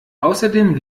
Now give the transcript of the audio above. außerdem